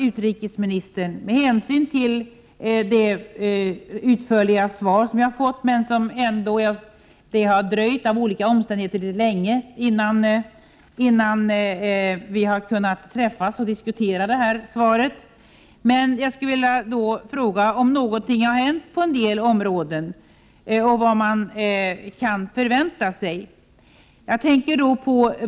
Utrikesministern gav här ett utförligt svar, och det har av olika anledningar dröjt länge innan vi kunde träffas här för att diskutera förhållandena i Rumänien. Jag skulle då vilja fråga om det har hänt någonting på några områden och vad man kan vänta sig.